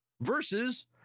versus